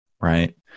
Right